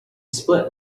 split